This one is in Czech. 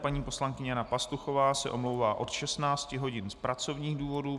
Paní poslankyně Jana Pastuchová se omlouvá od 16 hodin z pracovních důvodů.